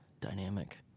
dynamic